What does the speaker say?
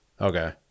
Okay